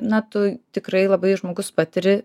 na tu tikrai labai žmogus patiri